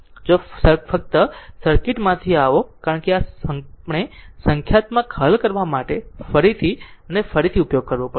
જો ફક્ત સર્કિટ માંથી આવો કારણ કે આ આપણે સંખ્યાત્મક હલ કરવા માટે ફરીથી અને ફરીથી ઉપયોગ કરવો પડશે